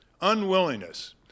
unwillingness